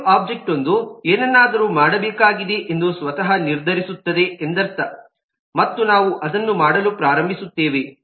active ಒಬ್ಜೆಕ್ಟ್ವೊಂದು ಏನನ್ನಾದರೂ ಮಾಡಬೇಕಾಗಿದೆ ಎಂದು ಸ್ವತಃ ನಿರ್ಧರಿಸುತ್ತದೆ ಎಂದರ್ಥ ಮತ್ತು ನಾವು ಅದನ್ನು ಮಾಡಲು ಪ್ರಾರಂಭಿಸುತ್ತೇವೆ